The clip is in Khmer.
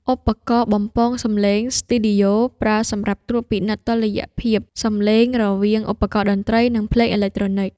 ឧបករណ៍បំពងសំឡេងស្ទីឌីយ៉ូ ប្រើសម្រាប់ត្រួតពិនិត្យតុល្យភាពសំឡេងរវាងឧបករណ៍បុរាណ និងភ្លេងអេឡិចត្រូនិក។